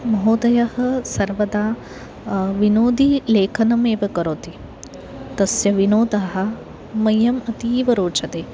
महोदयः सर्वदा विनोदलेखनमेव करोति तस्य विनोदः मह्यम् अतीव रोचते